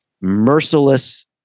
merciless